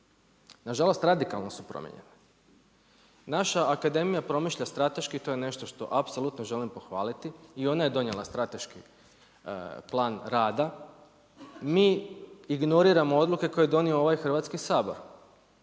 Nažalost radikalno su primijenjene. Naša Akademija promišlja strateški, to je nešto što apsolutno želim pohvaliti i ona je donijela strateški plan rada. Mi ignoriramo odluke koje je donio ovaj Hrvatski sabor.